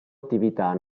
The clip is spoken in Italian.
attività